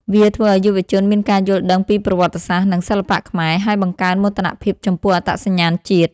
វាធ្វើឲ្យយុវជនមានការយល់ដឹងពីប្រវត្តិសាស្ត្រ និងសិល្បៈខ្មែរ ហើយបង្កើនមោទនភាពចំពោះអត្តសញ្ញាណជាតិ។